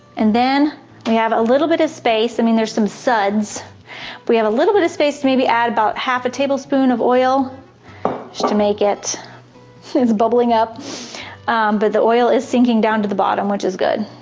and then we have a little bit of space i mean there's some suds we have a little bit of space to maybe add about half a tablespoon of oil just to make it so it's bubbling up but the oil is sinking down to the bottom which is good.